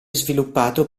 sviluppato